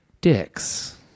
dicks